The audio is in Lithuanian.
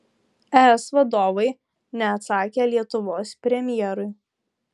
es vadovai neatsakė lietuvos premjerui